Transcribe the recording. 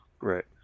right